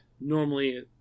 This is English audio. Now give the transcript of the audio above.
normally